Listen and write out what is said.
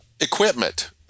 equipment